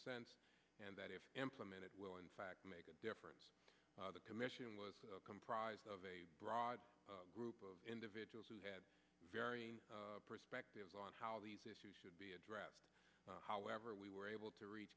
sense and that if implemented will in fact make a difference the commission was comprised of a broad group of individuals who had a perspective on how these issues should be addressed however we were able to reach